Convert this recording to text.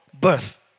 birth